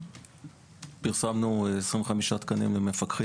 פרסמנו 25 תקנים למפקחים.